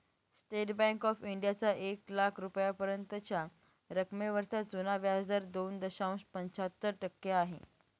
state bank of इंडियाचा एक लाख रुपयांपर्यंतच्या रकमेवरचा जुना व्याजदर दोन दशांश पंच्याहत्तर टक्के आहे